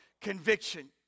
conviction